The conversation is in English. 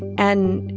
and